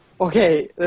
Okay